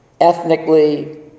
ethnically